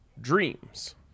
dreams